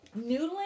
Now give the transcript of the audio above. noodling